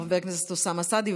חבר הכנסת אוסאמה סעדי,